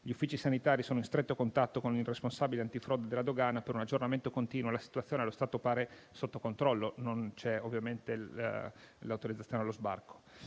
Gli uffici sanitari sono in stretto contatto con il responsabile antifrode della dogana per un aggiornamento continuo. La situazione allo stato pare sotto controllo e non c'è ovviamente l'autorizzazione allo sbarco.